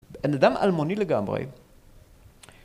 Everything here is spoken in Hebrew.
בן אדם אלמוני לגמרי.